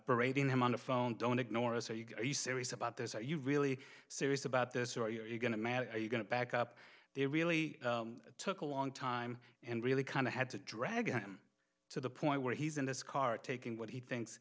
parading them on the phone don't ignore us or you go you serious about this are you really serious about this or you're going to manage you're going to back up they really took a long time and really kind of had to drag him to the point where he's in this car taking what he thinks